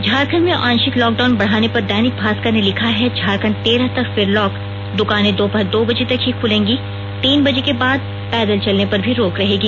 झारखंड में आंशिक लॉकडाउन बढ़ाने पर दैनिक भास्कर ने लिखा है झारखंड तेरह तक फिर लॉक दुकानें दोपहर दो बजे तक ही खूलेंगी तीन बजे के बाद पैदल चलने पर भी रोक रहेगी